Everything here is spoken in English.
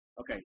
Okay